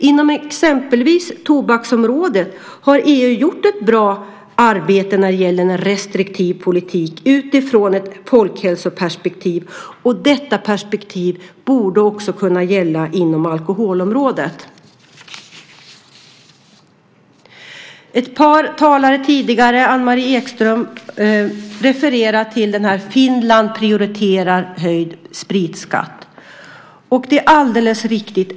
Inom exempelvis tobaksområdet har EU utifrån ett folkhälsoperspektiv gjort ett bra arbete när det gäller en restriktiv politik, och detta perspektiv borde även kunna gälla på alkoholområdet. Ett par tidigare talare, bland annat Anne-Marie Ekström, refererade till artikeln "Finland prioriterar höjd spritskatt". Det är alldeles riktigt.